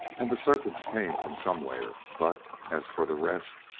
and the serpents came from somewhere but, as for the rest,